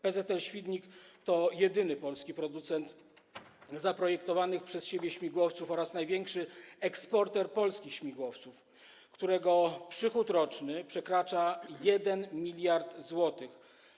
PZL-Świdnik to jedyny polski producent zaprojektowanych przez siebie śmigłowców oraz największy eksporter polskich śmigłowców, którego przychód roczny przekracza 1 mld zł.